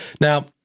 Now